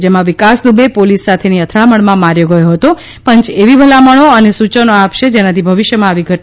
જેમાં વિકાસ દૂબે પોલીસ સાથેની અથડામણાં માર્યો ગયો હતો પંચ એવી ભલામણો અને સૂચનો આપશે જેનાથી ભવિષ્યમાં આવી ઘટનાઓ ફરીથી ન બને